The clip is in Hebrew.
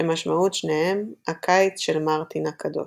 שמשמעות שניהם "הקיץ של מרטין הקדוש".